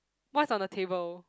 what's on the table